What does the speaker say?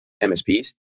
MSPs